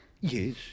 Yes